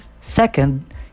Second